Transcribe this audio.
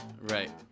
Right